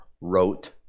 wrote